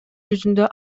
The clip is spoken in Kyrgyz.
жүзүндө